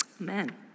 Amen